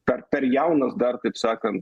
per per jaunas dar kaip sakant